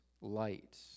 light